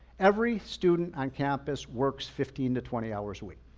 every student on campus works fifteen to twenty hours a week,